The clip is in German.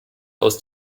aus